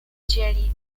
dzieli